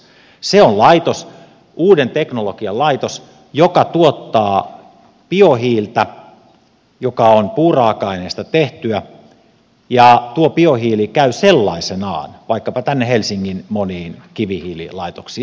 se on uuden teknologian laitos joka tuottaa biohiiltä joka on puuraaka aineesta tehtyä ja tuo biohiili käy sellaisenaan vaikkapa tänne helsingin moniin kivihiililaitoksiin sellaisenaan